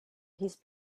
his